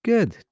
Good